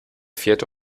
vierte